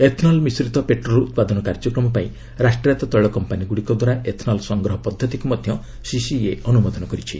ethanol ମିଶ୍ରିତ petrol ଉତ୍ପାଦନ କାର୍ଯ୍ୟକ୍ରମ ପାଇଁ ରାଷ୍ଟ୍ରାୟତ ତୈଳ କମ୍ପାନୀଗୁଡ଼ିକଦ୍ୱାରା ଏଥନଲ୍ ସଂଗ୍ରହ ପଦ୍ଧତିକୁ ମଧ୍ୟ ସିସିଇଏ ଅନୁମୋଦନ କରିଛି